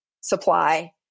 supply